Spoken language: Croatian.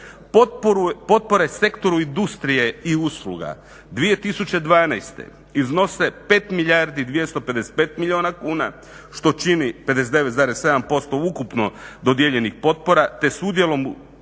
Potpore sektoru industrije i usluga 2012. iznose 5 milijardi 255 milijuna kuna što čini 59,7% ukupno dodijeljenih potpora te s udjelom u